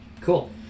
Cool